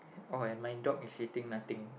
oh and mine dog is sitting nothing